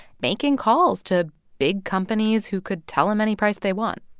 making calls to big companies who could tell him any price they want